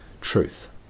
Truth